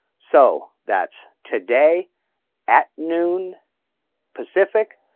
so that's today at noon pacific.